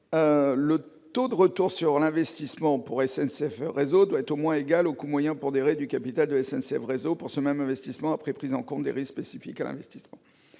le taux de retour sur l'investissement pour SNCF Réseau doit être « au moins égal au coût moyen pondéré du capital de SNCF Réseau pour ce même investissement après prise en compte des risques spécifiques à l'investissement